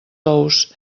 ous